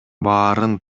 баарын